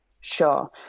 Sure